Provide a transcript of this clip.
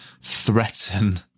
threaten